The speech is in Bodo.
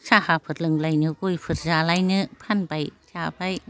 साहाफोर लोंलायनो गयफोर जालायनो फानबाय जाबाय